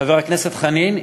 חבר הכנסת חנין,